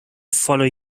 follow